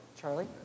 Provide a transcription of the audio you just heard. Charlie